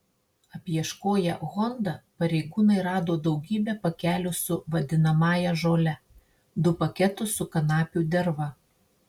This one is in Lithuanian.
apieškoję honda pareigūnai rado daugybę pakelių su vadinamąją žole du paketus su kanapių derva